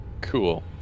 Cool